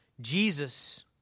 Jesus